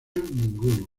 ninguno